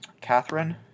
Catherine